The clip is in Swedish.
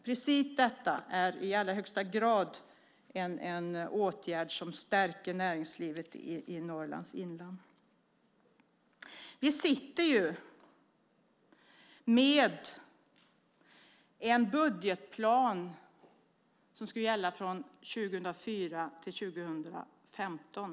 Precis detta är i allra högsta grad en åtgärd som stärker näringslivet i Norrlands inland. Vi sitter nu med den budgetplan som skulle gälla från 2004 till 2015.